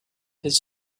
his